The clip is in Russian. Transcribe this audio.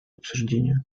обсуждению